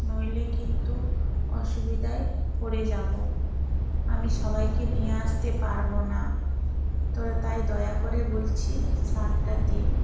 নইলে কিন্তু অসুবিধায় পড়ে যাবো আমি সবাইকে নিয়ে আসতে পারবো না তবে তাই দয়া করে বলছি ছাড়টা দিন